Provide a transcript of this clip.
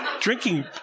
drinking